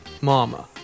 mama